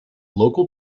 local